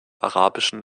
arabischen